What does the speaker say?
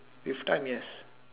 with time yes